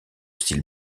style